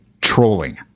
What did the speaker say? trolling